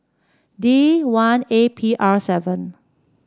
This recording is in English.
D one A P R seven